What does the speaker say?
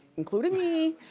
including me,